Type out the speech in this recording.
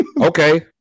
okay